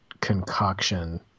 concoction